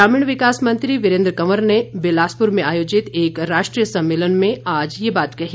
ग्रामीण विकास मंत्री वीरेंद्र कंवर ने बिलासपुर में आयोजित एक राष्ट्रीय सम्मेलन में आज ये बात कही